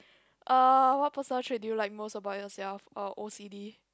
uh what personal trait do you like most about yourself uh O_C_D